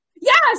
Yes